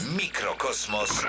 mikrokosmos